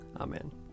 Amen